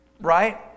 Right